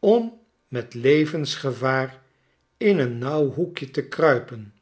om metlevensgevaar in een nauw hoekje te kruipen